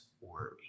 worry